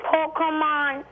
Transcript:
Pokemon